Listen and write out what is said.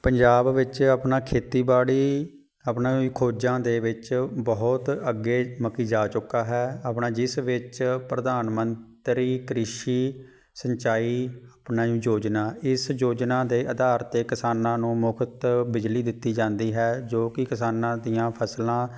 ਪੰਜਾਬ ਵਿੱਚ ਆਪਣਾ ਖੇਤੀਬਾੜੀ ਆਪਣਾ ਵੀ ਖੋਜਾਂ ਦੇ ਵਿੱਚ ਬਹੁਤ ਅੱਗੇ ਮਕੀ ਜਾ ਚੁੱਕਾ ਹੈ ਆਪਣਾ ਜਿਸ ਵਿੱਚ ਪ੍ਰਧਾਨ ਮੰਤਰੀ ਕ੍ਰਿਸ਼ੀ ਸਿੰਚਾਈ ਆਪਣਾ ਯੋਜਨਾ ਇਸ ਯੋਜਨਾ ਦੇ ਆਧਾਰ 'ਤੇ ਕਿਸਾਨਾਂ ਨੂੰ ਮੁਫਤ ਬਿਜਲੀ ਦਿੱਤੀ ਜਾਂਦੀ ਹੈ ਜੋ ਕਿ ਕਿਸਾਨਾਂ ਦੀਆਂ ਫਸਲਾਂ